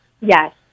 Yes